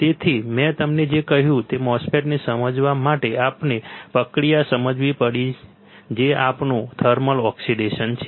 તેથી મેં તમને જે કહ્યું તે MOSFET ને સમજવા માટે અમારે પ્રક્રિયા સમજવી પડી જે આપણું થર્મલ ઓક્સિડેશન છે